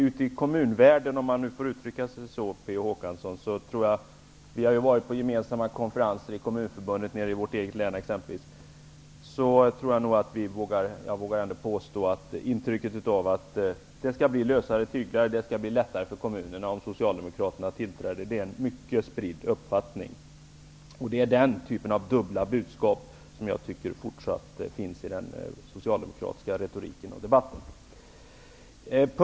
Jag vågar påstå, Per Olof Håkansson, att intrycket som man har i den s.k. kommunvärlden -- vi har ju varit på gemensamma konferenser exempelvis i vårt eget län -- nämligen att det skall bli lösare tyglar och det skall bli lättare för kommunerna om Socialdemokraterna kommer till makten, är en mycket spridd uppfattning. Den typen av dubbla budskap tycker jag fortfarande finns i den socialdemokratiska retoriken och debatten.